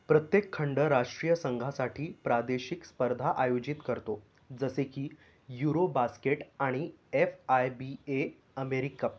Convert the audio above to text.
प्रत्येक खंड राष्ट्रीय संघासाठी प्रादेशिक स्पर्धा आयोजित करतो जसे की युरोबास्केट आणि F I B A AmeriCup